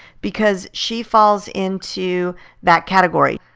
because she falls into that category.